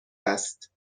است